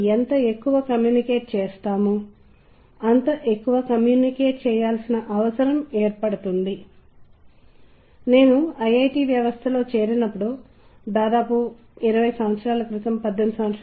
మరియు దాని తరువాత ఆకాశం అంత ఎత్తుగా లేదు నేను చెప్పిన ఆకాశం ఎక్కడో ఆగిపోవాలి మరియు ఖచ్చితంగా నేను పైభాగాన్ని చూస్తాను ఆకాశం అంత గొప్పది కాదని నేను అనుకున్నాను నేను దానిని నా చేతితో తాకగలిగాను మరియు నా చేతిని పైకి లేపడానికి ప్రయత్నించ గలిగాను